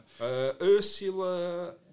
Ursula